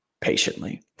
patiently